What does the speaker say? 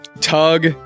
Tug